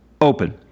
open